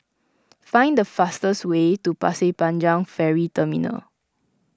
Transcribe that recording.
find the fastest way to Pasir Panjang Ferry Terminal